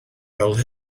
fel